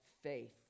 faith